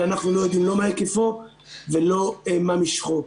שאנחנו לא יודעים לא מה היקפו ולא מה משכו.